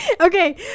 Okay